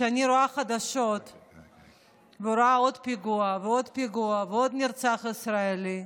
כשאני רואה חדשות ורואה עוד פיגוע ועוד פיגוע ורואה עוד נרצח ישראלי,